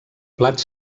plats